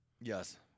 yes